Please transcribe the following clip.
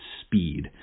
speed